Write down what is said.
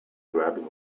grabbing